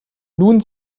nun